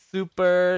Super